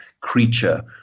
creature